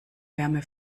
wärme